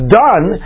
done